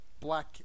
black